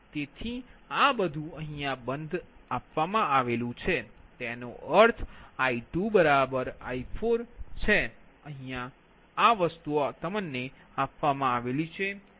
તેથી આ બધું બંધ છે તેનો અર્થ I2I4 બરોબર